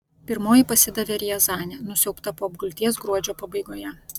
pirmoji pasidavė riazanė nusiaubta po apgulties gruodžio pabaigoje